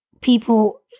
people